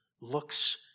looks